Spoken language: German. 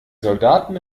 soldaten